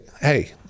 hey